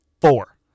Four